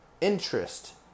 interest